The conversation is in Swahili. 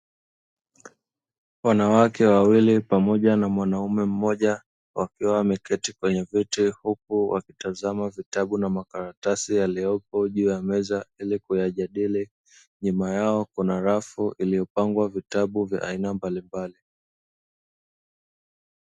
Wanawake wawili pamoja na mwanaume mmoja wakiwa wameketi kwenye vyiti huku wakitazama vitabu na makaratasi yaliopo juu ya meza ili kuyajadili, nyuma yao kuna rafu iliyopangwa vitabu vya aina mbalimbali.